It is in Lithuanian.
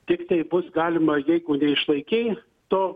tiktai bus galima jeigu neišlaikei to